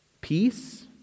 Peace